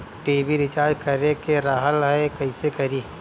TV recharge करे के रहल ह कइसे करी?